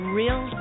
real